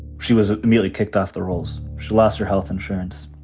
she was immediately kicked off the rolls. she lost her health insurance.